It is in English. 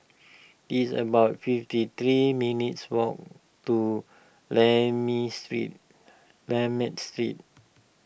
it's about fifty three minutes' walk to Lakme Street Street